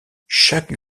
chaque